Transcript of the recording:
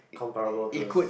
comparable those